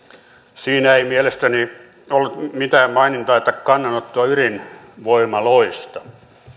siinä ei mielestäni ollut mitään mainintaa tai kannanottoa ydinvoimaloista